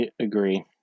agree